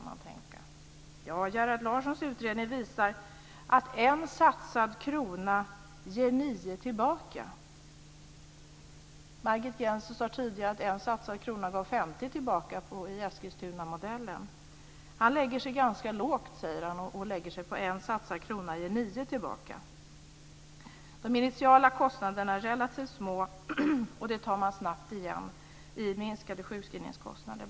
Margit Gennser sade här tidigare att en satsad krona gav 50 tillbaka i Eskilstunamodellen. Gerhard Larsson lägger sig ganska lågt i sin utredning och säger att en satsad krona ger nio tillbaka. De initiala kostnaderna är relativt små, och det tar man snabbt igen med bl.a. minskade sjukskrivningskostnader.